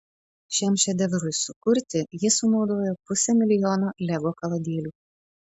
šiam šedevrui sukurti jis sunaudojo pusę milijono lego kaladėlių